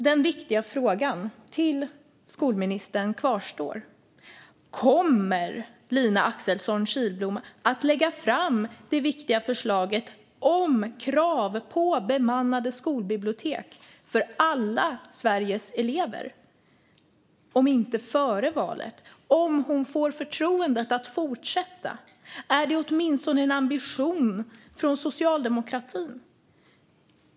Den viktiga frågan till skolministern kvarstår: Kommer Lina Axelsson Kihlblom att lägga fram det viktiga förslaget om krav på bemannade skolbibliotek för alla Sveriges elever? Om hon inte gör det före valet och om hon får förtroendet att fortsätta - är det då åtminstone en ambition från socialdemokratin?